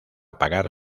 pagar